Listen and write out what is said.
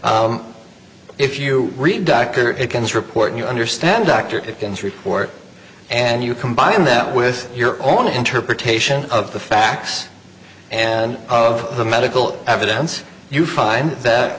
if you read dr atkins report you understand dr atkins report and you combine that with your own interpretation of the facts and of the medical evidence you find that